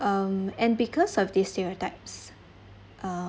um and because of these stereotypes uh